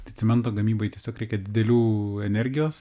tai cemento gamybai tiesiog reikia didelių energijos